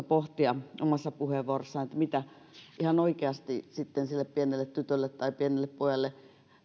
pohtia omassa puheenvuorossani vähän sitä samaa mitä ihan oikeasti voisi vastata sille pienelle tytölle tai pienelle pojalle